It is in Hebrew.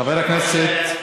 כבוד היושב-ראש,